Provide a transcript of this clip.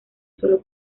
sólo